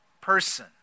person